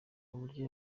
uburyo